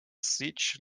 siege